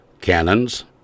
cannons